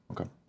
Okay